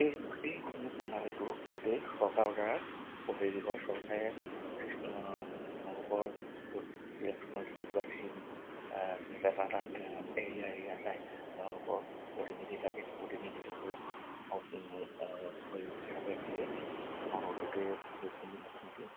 এই গোটেইখিনি প্ৰণালীটো গোটেই চৰকাৰৰদ্বাৰা হেৰি হয় চৰকাৰে তেওঁলোকৰ ইলেকশ্যনৰ যিটো স্কিম সিহঁতে এটা এটা এৰিয়া এৰিয়া চাই তেওঁলোকৰ প্ৰতিনিধি থাকে সেই প্ৰতিনিধিসকলক হিচাপে দিয়ে গোটেই সেইখিনি গোটেই